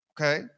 okay